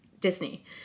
Disney